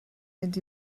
fynd